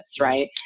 right